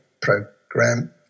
program